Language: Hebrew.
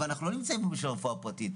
אבל אנחנו לא נמצאים פה בשביל רפואה פרטית,